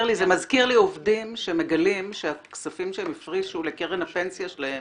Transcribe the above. לי עובדים שמגלים שהכספים שהם הפרישו לקרן הפנסיה שלהם,